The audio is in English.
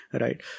right